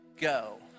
go